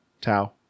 Tau